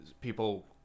People